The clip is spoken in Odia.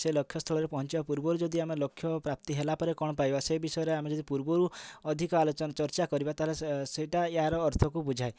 ସେ ଲକ୍ଷ୍ୟ ସ୍ଥଳରେ ପହଁଚିବା ପୂର୍ବରୁ ଯଦି ଆମେ ଲକ୍ଷ୍ୟ ପ୍ରାପ୍ତି ହେଲାପରେ କଣ ପାଇବା ସେ ବିଷୟରେ ଆମେ ଯଦି ପୂର୍ବରୁ ଅଧିକା ଆଲୋଚନା ଚର୍ଚ୍ଚା କରିବା ତାହାହେଲେ ସେ ସେଇଟା ୟାର ଅର୍ଥକୁ ବୁଝାଏ